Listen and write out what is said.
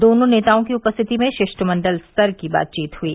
दोनों नेताओं की उपस्थिति में शिष्टमंडल स्तर की बातचीत हुई